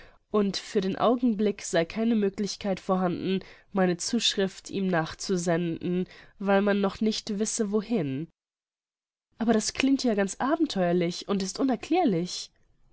und für den augenblick sei keine möglichkeit vorhanden meine zuschrift ihm nachzusenden weil man noch nicht wisse wohin aber das klingt ja ganz abenteuerlich und ist unerklärlich